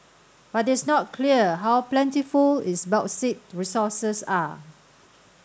but it's not clear how plentiful its bauxite resources are